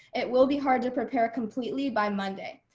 it will be hard to prepare completely by monday.